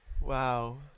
Wow